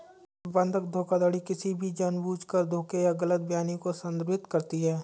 बंधक धोखाधड़ी किसी भी जानबूझकर धोखे या गलत बयानी को संदर्भित करती है